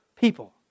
people